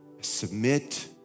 submit